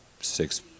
six